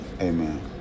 Amen